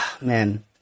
man